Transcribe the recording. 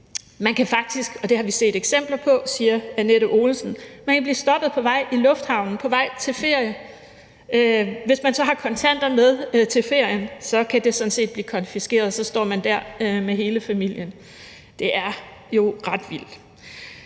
de kan faktisk – og det har vi set eksempler på, siger Annette Olesen – blive stoppet på vej i lufthavnen på vej til ferie, og hvis de så har kontanter med til ferien, kan disse sådan set blive konfiskeret, og så står de der med hele familien. Det er jo ret vildt.